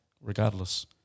regardless